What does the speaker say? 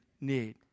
need